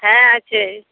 হ্যাঁ আছে